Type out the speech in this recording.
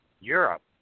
Europe